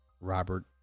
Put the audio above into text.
Robert